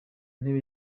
ntebe